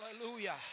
Hallelujah